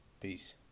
Peace